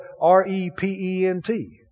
R-E-P-E-N-T